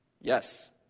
Yes